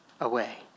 away